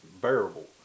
bearable